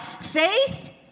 faith